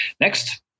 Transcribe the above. Next